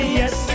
yes